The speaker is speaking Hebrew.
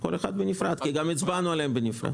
כל אחת בנפרד כי גם הצבענו עליהן בנפרד.